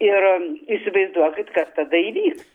ir įsivaizduokit kas tada įvyks